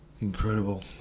Incredible